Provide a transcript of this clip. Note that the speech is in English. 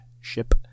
ship